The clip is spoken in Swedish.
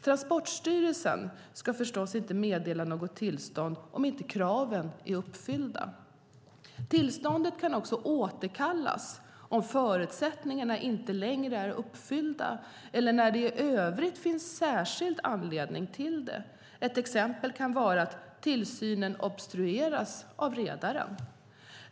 Transportstyrelsen ska förstås inte meddela något tillstånd om inte kraven är uppfyllda. Tillståndet kan också återkallas om förutsättningarna inte längre är uppfyllda eller när det i övrigt finns särskild anledning till det. Ett exempel kan vara att tillsynen obstrueras av redaren.